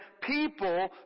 people